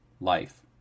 life